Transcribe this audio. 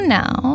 now